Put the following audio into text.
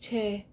छः